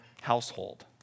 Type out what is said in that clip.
household